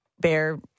bear